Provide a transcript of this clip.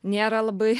nėra labai